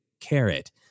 carrot